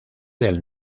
del